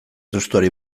testuari